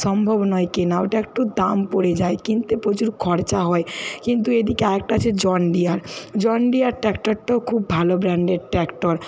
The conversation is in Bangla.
সম্ভব নয় কেনা ওটা একটু দাম পড়ে যায় কিনতে প্রচুর খরচা হয় কিন্তু এদিকে আরেকটা আছে জন ডিয়ার জন ডিয়ার ট্র্যাক্টরটাও খুব ভালো ব্র্যান্ডের ট্র্যাক্টর